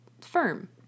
firm